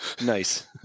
Nice